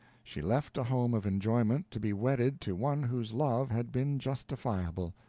she left a home of enjoyment to be wedded to one whose love had been justifiable.